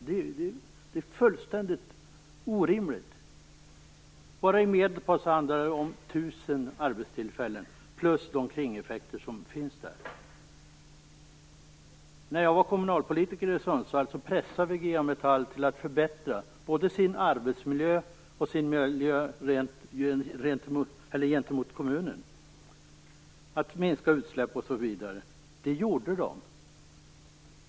Det är fullständigt orimligt. Bara i Medelpad handlar det om 1 000 arbetstillfällen samt de kringeffekter som blir följden. När jag var kommunalpolitiker i Sundsvall pressade vi G A Metall till att både förbättra sin arbetsmiljö och minska utsläpp osv. Vi lyckades med detta.